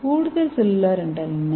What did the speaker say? கூடுதல் செல்லுலார் என்றால் என்ன